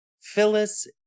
Phyllis